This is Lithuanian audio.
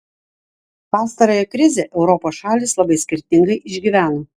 pastarąją krizę europos šalys labai skirtingai išgyveno